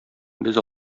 без